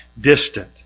distant